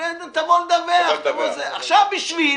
עכשיו בשביל